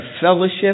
fellowship